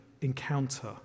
encounter